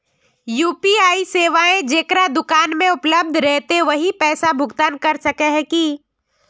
UPI सेवाएं जेकरा दुकान में उपलब्ध रहते वही पैसा भुगतान कर सके है की?